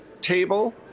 table